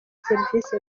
serivisi